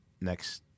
next